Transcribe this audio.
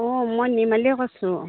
অঁ মই নিৰ্মালীয়ে কৈছোঁ